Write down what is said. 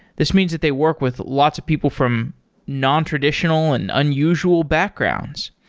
this means that they work with lots of people from non traditional and unusual backgrounds.